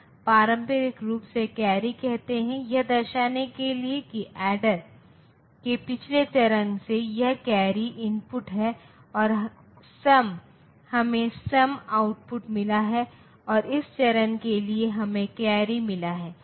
अब यह हमें कैसे मदद करता है यह 2's कॉम्प्लीमेंट नंबर सिस्टम में जोड़ और घटाव एक सामान हो जाते है तो यह कैसे करना है जैसे अगर मुझे यह घटाव कहना है तो 55 ऋण 44 ये सभी संख्याओं की आधार संख्या 10 हैं